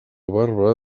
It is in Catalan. barba